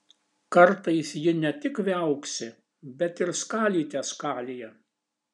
kartais ji ne tik viauksi bet skalyte skalija